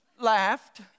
laughed